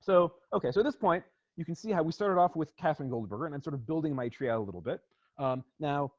so okay so at this point you can see how we started off with katherine golden burger and i'm sort of building my tree out a little bit now